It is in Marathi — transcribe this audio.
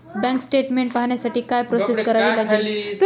बँक स्टेटमेन्ट पाहण्यासाठी काय प्रोसेस करावी लागेल?